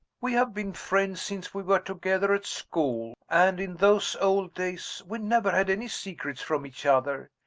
we have been friends since we were together at school and, in those old days, we never had any secrets from each other.